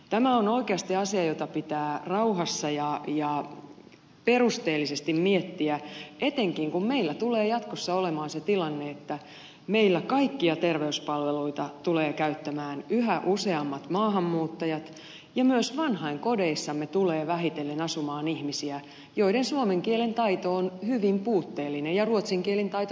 tämä on oikeasti asia jota pitää rauhassa ja perusteellisesti miettiä etenkin kun meillä tulee jatkossa olemaan se tilanne että meillä kaikkia terveyspalveluita tulee käyttämään yhä useammat maahanmuuttajat ja myös vanhainkodeissamme tulee vähitellen asumaan ihmisiä joiden suomen kielen taito on hyvin puutteellinen ja ruotsin kielen taito samoin